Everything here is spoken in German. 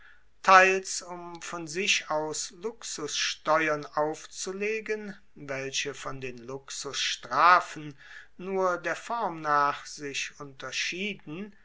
teils um von sich aus luxussteuern aufzulegen welche von den luxusstrafen nur der form nach sich unterschieden